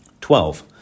Twelve